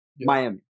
Miami